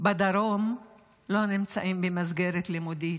בדרום לא נמצאים במסגרת לימודית,